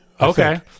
Okay